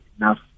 enough